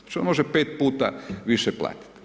Znači on može 5 puta više platiti.